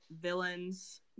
villains